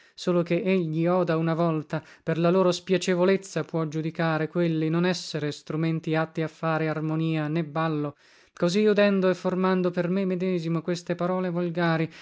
solo che e gli oda una volta per la loro spiacevolezza può giudicare quelli non essere strumenti atti a fare armonia né ballo così udendo e formando per me medesimo queste parole volgari